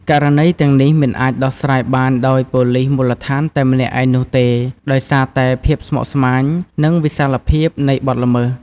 ករណីទាំងនេះមិនអាចដោះស្រាយបានដោយប៉ូលិសមូលដ្ឋានតែម្នាក់ឯងនោះទេ ដោយសារតែភាពស្មុគស្មាញ និងវិសាលភាពនៃបទល្មើស។